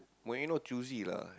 Morino choosy lah